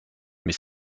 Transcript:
mais